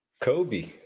Kobe